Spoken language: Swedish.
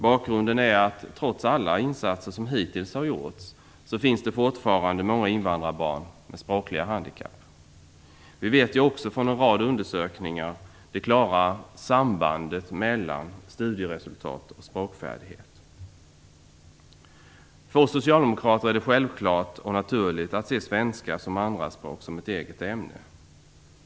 Bakgrunden är att trots alla insatser som hittills har gjorts finns det fortfarande många invandrarbarn med språkliga handikapp. Vi vet ju också från en rad undersökningar att det finns ett klart samband mellan studieresultat och språkfärdigheter. För oss socialdemokrater är det självklart och naturligt att se svenska som andraspråk som ett eget ämne.